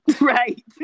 right